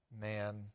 man